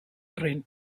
train